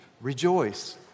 rejoice